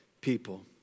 people